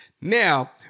Now